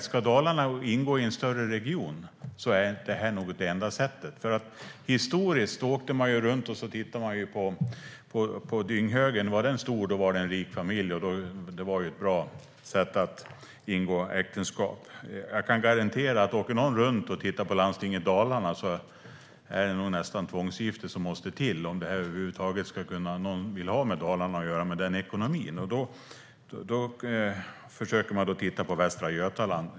Ska Dalarna ingå i en större region är nog detta det enda sättet. Förr åkte man runt och tittade på dynghögen. Var den stor, då var det en rik familj. Det var ett bra sätt att ingå äktenskap. Man jag kan garantera att om någon åker runt och tittar på Landstinget Dalarna är det nog nästan tvångsgifte som måste till för att någon över huvud taget ska vilja ha med Dalarna att göra, med den ekonomi som Landstinget Dalarna har. Då tittar man på Västra Götaland.